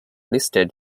listed